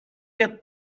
que